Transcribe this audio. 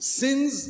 sins